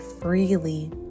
freely